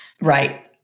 Right